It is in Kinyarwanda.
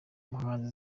umuhanzi